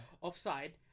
offside